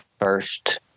first